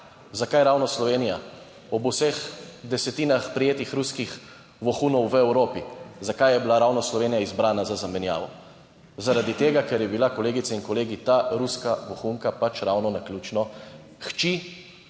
zakaj ravno Slovenija, ob vseh desetinah prijetih ruskih vohunov v Evropi, zakaj je bila ravno Slovenija izbrana za izmenjavo? Zaradi tega, ker je bila, kolegice in kolegi, ta ruska vohunka ravno naključno hči